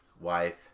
wife